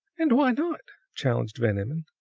and why not? challenged van emmon.